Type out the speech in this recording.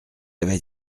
avait